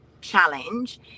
challenge